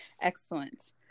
Excellent